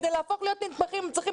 כדי להפוך להיות נתמכים הם צריכים